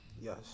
Yes